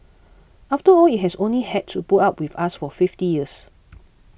after all it has only had to put up with us for fifty years